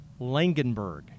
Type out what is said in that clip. langenberg